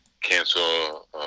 cancel